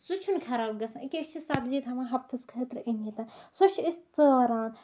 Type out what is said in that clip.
سُہ چھُنہٕ خراب گژھان أکیاہ أسۍ چھِ سَبزی تھاوان ہَفتَس خٲطرٕ أنِتھ سۄ چھِ أسۍ ژَران